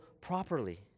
properly